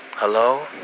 Hello